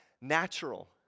natural